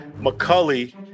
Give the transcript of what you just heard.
McCully